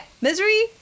Misery